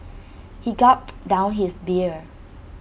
he gulped down his beer